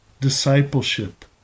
discipleship